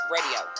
Radio